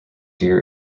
year